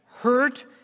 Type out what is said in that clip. Hurt